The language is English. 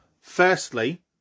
firstly